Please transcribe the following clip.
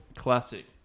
Classic